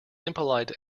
impolite